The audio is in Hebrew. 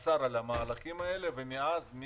אסר על המהלכים האלה ומאז הם